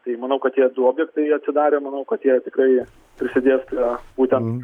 tai manau kad tie du objektai atsidarė manau kad jie tikrai prisidės prie būtent